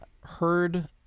heard